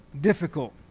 difficult